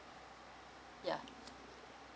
ya